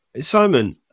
Simon